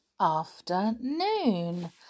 afternoon